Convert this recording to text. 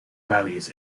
valleys